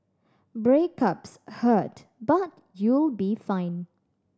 breakups hurt but you'll be fine